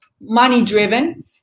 money-driven